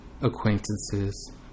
acquaintances